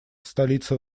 столица